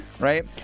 Right